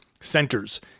centers